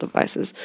devices